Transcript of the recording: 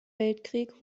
weltkrieg